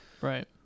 right